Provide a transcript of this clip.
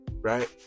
right